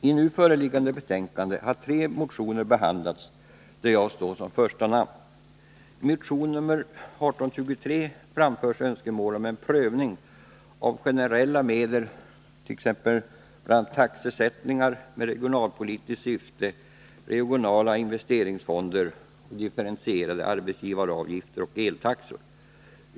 I nu föreliggande betänkande har tre motioner behandlats där jag står som första namn. I motion nr 1823 framförs önskemål om prövning av generella medel, t.ex. taxesättningar med regionalpolitiskt syfte, regionala investeringsfonder och differentierade arbetsgivaravgifter och eltaxor.